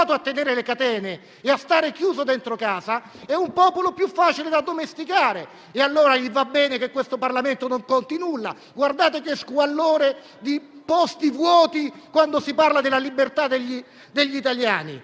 tenere le catene e a stare chiuso dentro casa è più facile da addomesticare. E allora gli va bene che questo Parlamento non conti nulla: guardate lo squallore dei posti vuoti, quando si parla della libertà degli italiani.